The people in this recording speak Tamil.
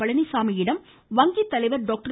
பழனிசாமியிடம் வங்கித் தலைவர் டாக்டர்